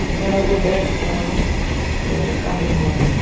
مےٚ لَگوو direct phone company والٮ۪ن